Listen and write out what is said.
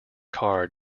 car